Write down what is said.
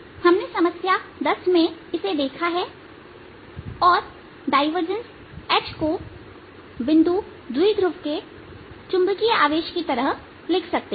हमने समस्या संख्या 10 में इसे देखा है और डायवर्जेंस H को बिंदु द्विध्रुव के चुंबकीय आवेश की तरह लिख सकते हैं